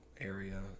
area